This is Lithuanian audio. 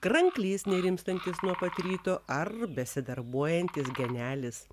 kranklys nerimstantis nuo pat ryto ar besidarbuojantis genelis